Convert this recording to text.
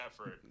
effort